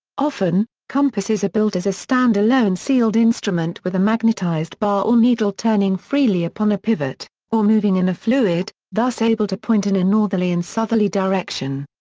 often, compasses are built as a stand alone sealed instrument with a magnetized bar or needle turning freely upon a pivot, or moving in a fluid, thus able to point in a northerly and southerly direction.